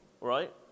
right